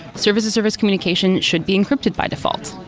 services service communication should be encrypted by default.